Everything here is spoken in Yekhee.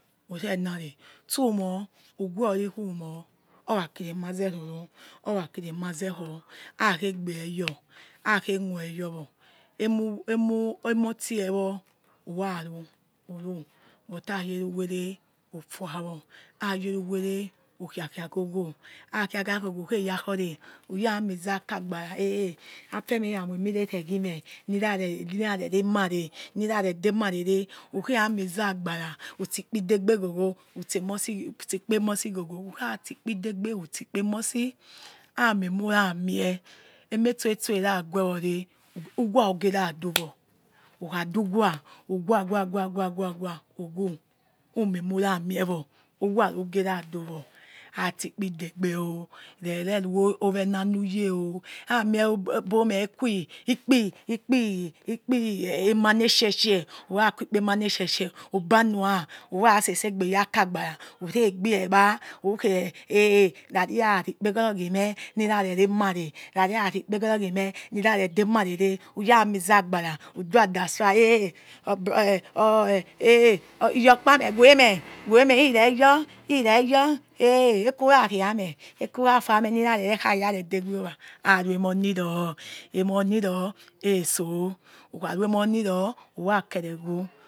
Urenari stumo uguor rikhumor ora kiri emaze kho hakhegi eyor akhei mouyor wor emu emu emor tiewo whoraru whoru but hayere whore orfuawor ayewe uwere okikia ghogho akia kia ghogho ukheya kore uyamiza akagbara eh afemeh eramou mireregi eme nurare nurare re emare nurare demare re ukhia muza agbara ostikpi degbe ogho gho utse mosi ghogo utsa kpe emosi ghogo who kha stikpi degbe who stemo su amie emura mie eme stor stor araguewore uwawawawawa whowu who moi murieor who wa rugeradu wo khasttifi degbeo rereoro owene nuyei khami ebomeh egin okpi ikpi ikpi eh emane shei shei who ra kui ikpe ma neshi shei ubanoah who resezegbe yaka gbama who riegbie gba yor kie eh rari hara rikpeghoro ghi meh nurare ri emare rari hara rikpe ghorogimeh nurare dem are ne uyamiza agbama who sir ada suwa eeh or bro iyor kpa mee wemeh wemeh ireyor ireyor eh ekurariameh ekura fameh rirare rekha ya dewe owa kharue emo miro emomiro erao ukharue mor mu ror urakere